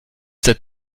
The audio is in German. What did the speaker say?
seit